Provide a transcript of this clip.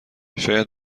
شاید